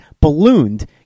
ballooned